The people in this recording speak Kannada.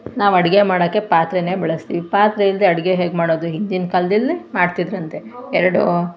ನಾವು ಅಡುಗೆ ಮಾಡೋಕ್ಕೆ ಪಾತ್ರೆಯೇ ಬಳಸ್ತೀವಿ ಪಾತ್ರೆ ಇಲ್ಲದೇ ಅಡುಗೆ ಹೇಗೆ ಮಾಡೋದು ಹಿಂದಿನ ಕಾಲದಲ್ಲಿ ಮಾಡ್ತಿದ್ದರಂತೆ ಎರಡೂ